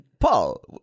Paul